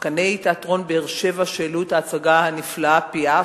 שחקני תיאטרון באר-שבע שהעלו את ההצגה הנפלאה "פיאף",